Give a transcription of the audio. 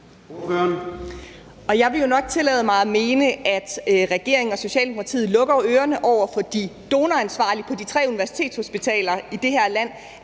Jeg vil nok tillade mig at mene, at regeringen og Socialdemokratiet lukker ørerne for de donoransvarlige på de tre universitetshospitaler i det her land,